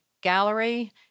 gallery—